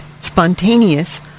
Spontaneous